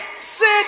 Sit